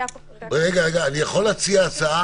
אני יכול להציע הצעה?